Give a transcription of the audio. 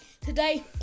Today